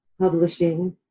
publishing